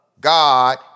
God